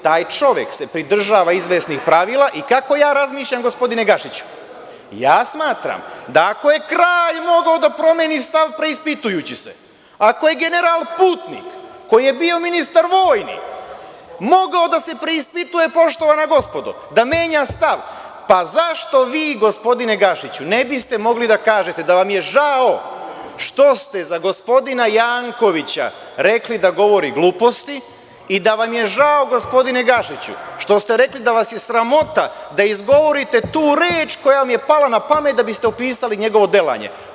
Taj čovek se pridržava izvesnih pravila i kako ja razmišljam, gospodine Gašiću, ja smatram da ako je kralj mogao da promeni stavpreispitujući se, ako je general Putnik, koji je bio ministar vojni, mogao da se preispituje, poštovana gospodo, da menja stav, pa zašto vi, gospodine Gašiću, ne biste mogli da kažete da vam je žao što ste za gospodina Jankovića, rekli da govori gluposti, i da vam je žao, gospodine Gašiću, što ste rekli da vas je sramota da izgovorite tu reč koja vam je pala na pamet, da biste opisali njegovo delanje.